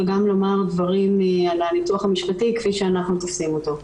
וגם לומר דברים על הניתוח המשפטי כפי שאנחנו תופסים אותו.